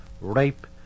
rape